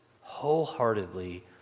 wholeheartedly